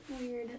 weird